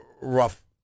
rough